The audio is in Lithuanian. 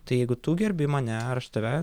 tai jeigu tu gerbi mane ar aš tave